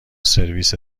سرویس